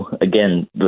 Again